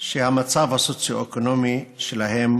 שהמצב הסוציו-אקונומי שלהם,